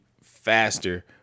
faster